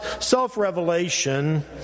self-revelation